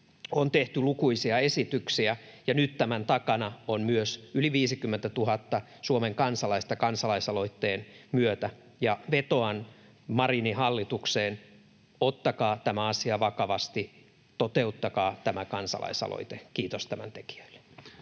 on tehty lukuisia esityksiä, ja nyt tämän takana on myös yli 50 000 Suomen kansalaista kansalaisaloitteen myötä. Vetoan Marinin hallitukseen: ottakaa tämä asia vakavasti, toteuttakaa tämä kansalaisaloite. Kiitos tämän tekijöille.